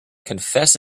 confess